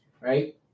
right